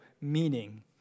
meaning